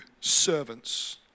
servants